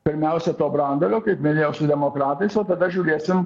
pirmiausia to branduolio kaip minėjau su demokratais o tada žiūrėsim